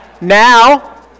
now